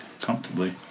comfortably